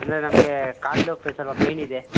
ಅಂದರೆ ನಮಗೆ ಕಾಲಿನ್ದು ಪೆ ಸ್ವಲ್ಪ ಪೇನ್ ಇದೆ